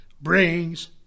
Brings